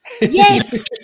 Yes